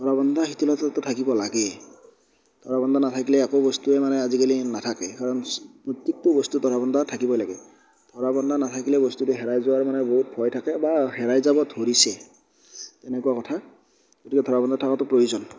ধৰাবন্ধা শিথিলতাটো থাকিব লাগে ধৰাবন্ধা নাথাকিলে একো বস্তুৱে মানে আজিকালি নাথাকে কাৰণ প্ৰত্যেকটো বস্তুৰ ধৰাবন্ধা থাকিবই লাগে ধৰাবন্ধা নাথাকিলে বস্তুটো হেৰাই যোৱাৰ মানে বহুত ভয় থাকে বা হেৰাই যাব ধৰিছে তেনেকুৱা কথা গতিকে ধৰাবন্ধা থকাটো প্ৰয়োজন